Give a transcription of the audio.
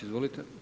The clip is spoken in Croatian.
Izvolite.